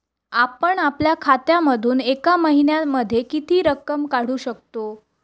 आपण आपल्या खात्यामधून एका महिन्यामधे किती रक्कम काढू शकतो?